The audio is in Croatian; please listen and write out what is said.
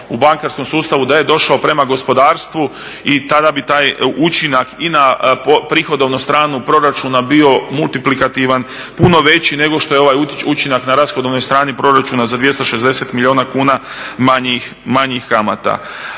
U bankarskom sustavu da je došao prema gospodarstvu i tada bi taj učinak i na prihodovnu stranu proračuna bio multiplikativan, puno veći nego što je ovaj učinak na rashodovnoj strani proračuna za 260 milijuna kuna manjih kamata.